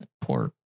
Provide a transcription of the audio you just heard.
poor